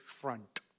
front